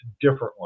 differently